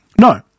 No